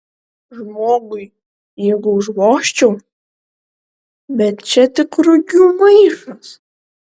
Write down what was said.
žmogui jeigu užvožčiau bet čia tik rugių maišas